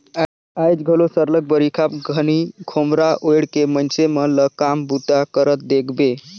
आएज घलो सरलग बरिखा घनी खोम्हरा ओएढ़ के मइनसे मन ल काम बूता करत देखबे